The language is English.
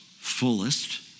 Fullest